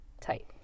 Tight